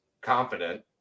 confident